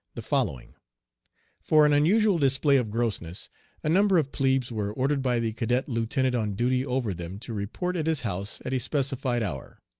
the following for an unusual display of grossness a number of plebes were ordered by the cadet lieutenant on duty over them to report at his house at a specified hour.